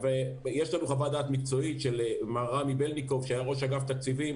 יש לנו חוות דעת מקצועית של מר רם בלניקוב שהיה ראש אגף תקציבים